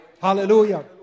Hallelujah